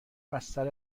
بستر